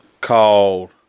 called